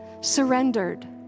surrendered